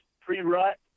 pre-rut